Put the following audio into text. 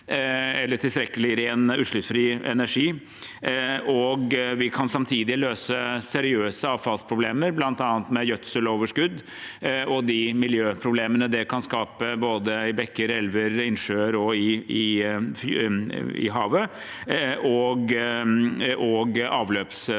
vi kan samtidig løse seriøse avfallsproblemer, bl.a. med gjødseloverskudd og de miljøproblemene det kan skape i både bekker, elver, innsjøer og havet – avløpssystemer